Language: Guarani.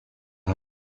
ha